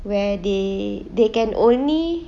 where they they can only